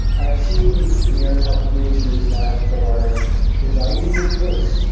i've seen real companies use that for designing new clothes,